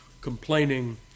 complaining